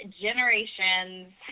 generations